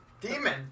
demon